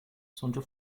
sonĝo